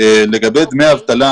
לגבי דמי אבטלה.